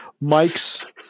Mike's